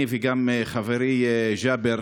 שהעלינו אני וגם חברי ג'אבר,